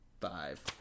five